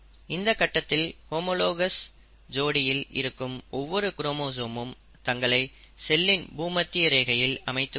இந்தக் கட்டத்தில் ஹோமோலாகஸ் ஜோடியில் இருக்கும் ஒவ்வொரு குரோமோசோமும் தங்களை செல்லின் பூமத்திய ரேகையில் அமைத்துக் கொள்ளும்